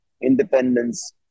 independence